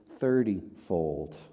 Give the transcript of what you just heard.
thirtyfold